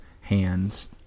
hands